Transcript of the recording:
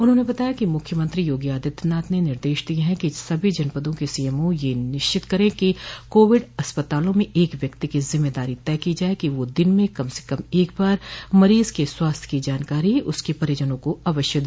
उन्होंने बताया कि मुख्यमंत्री योगी आदित्यनाथ ने निर्देश दिये हैं कि सभी जनपदों के सीएमओ यह सुनिश्चित करे कि कोविड अस्पतालों में एक व्यक्ति की जिम्मेदारी तय की जाये कि वह दिन में कम से कम एकबार मरीज के स्वास्थ्य की जानकारी उसके परिजनों को अवश्य दे